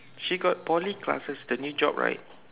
she got Poly classes the new job right